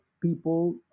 People